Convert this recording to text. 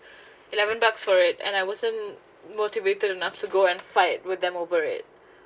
eleven bucks for it and I wasn't motivated enough to go and fight with them over it